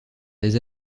des